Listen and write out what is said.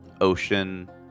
ocean